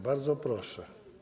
Bardzo proszę.